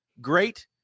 Great